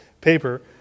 paper